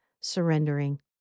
surrendering